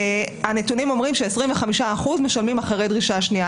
הנתונים אומרים ש-25% משלמים אחרי דרישה שנייה.